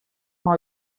mei